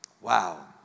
Wow